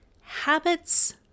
Habits